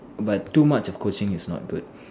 but too much of coaching is not good